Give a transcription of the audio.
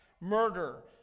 murder